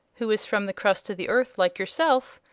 who is from the crust of the earth, like yourself,